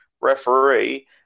referee